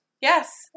Yes